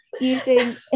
using